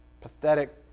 pathetic